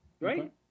right